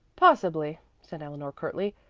possibly, said eleanor curtly,